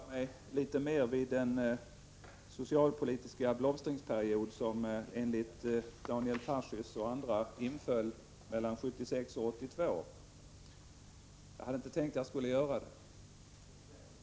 Herr talman! Jag tvingas uppehålla mig litet vid den socialpolitiska blomstringsperiod som enligt Daniel Tarschys och andra inföll mellan 1976 och 1982. Jag hade inte tänkt göra det.